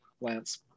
Lance